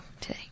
today